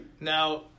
Now